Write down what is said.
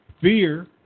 fear